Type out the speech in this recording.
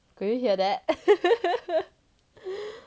could you hear that